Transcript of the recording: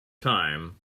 time